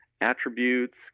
attributes